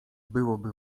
byłoby